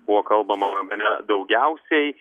buvo kalbama bene daugiausiai